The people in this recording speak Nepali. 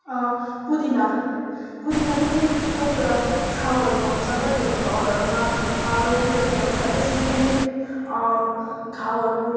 पुदिना पुदिना पनि कतिवटा ठाउँहरूमा हुन्छ कतिवटा घरहरूमा रोपिरहेको हुन्छ त्यसले पनि घाउहरू